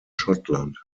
schottland